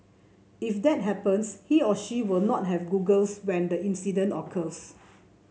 if that happens he or she will not have goggles when the incident occurs